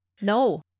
No